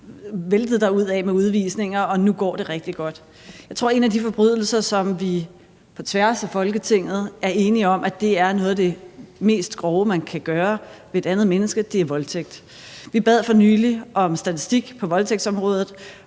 væltet derudad med udvisninger, og at det nu går rigtig godt. Jeg tror, at en af de forbrydelser, som vi på tværs af Folketinget er enige om er noget af det mest grove, man kan gøre ved et andet menneske, er voldtægt, og vi bad for nylig på voldtægtsområdet